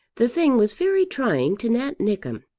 the thing was very trying to nat nickem.